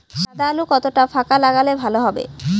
সাদা আলু কতটা ফাকা লাগলে ভালো হবে?